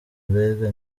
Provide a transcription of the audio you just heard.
mbega